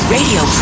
Radio